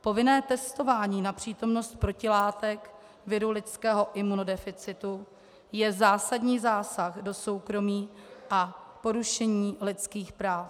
Povinné testování na přítomnost protilátek viru lidského imunodeficitu je zásadní zásah do soukromí a porušení lidských práv.